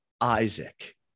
Isaac